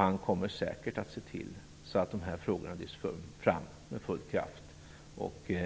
Han kommer säkert att se till att dessa frågor lyfts fram med full kraft. Jag